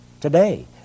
today